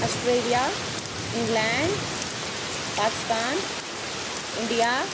Australia England Pakistan India